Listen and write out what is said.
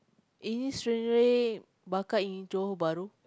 any stingray bakar in Johor-Bahru